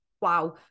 wow